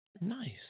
Nice